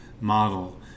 model